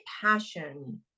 passion